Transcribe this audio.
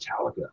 Metallica